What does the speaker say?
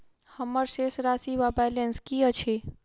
हम्मर शेष राशि वा बैलेंस की अछि?